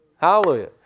Hallelujah